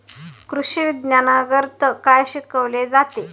कृषीविज्ञानांतर्गत काय शिकवले जाते?